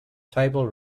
table